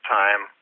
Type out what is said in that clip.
time